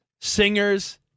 singers